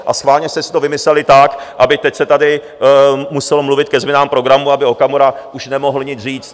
A schválně jste si to vymysleli tak, aby teď se tady muselo mluvit ke změnám programu, aby Okamura už nemohl nic říct.